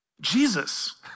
Jesus